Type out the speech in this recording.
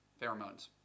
pheromones